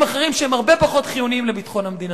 אחרים שהם הרבה פחות חיוניים לביטחון המדינה.